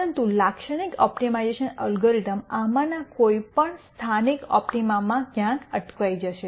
પરંતુ લાક્ષણિક optimization algorithm આમાંના કોઈપણ સ્થાનિક ઓપ્ટિમામાં ક્યાંય અટકી જશે